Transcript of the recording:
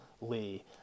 Lee